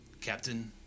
Captain